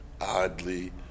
oddly